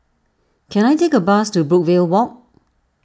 can I take a bus to Brookvale Walk